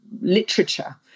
literature